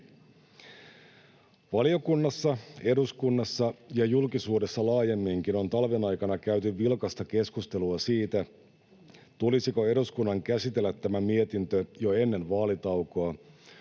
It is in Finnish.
Valiokunnassa, eduskunnassa ja julkisuudessa laajemminkin on talven aikana käyty vilkasta keskustelua siitä, tulisiko eduskunnan käsitellä tämä mietintö jo ennen vaalitaukoa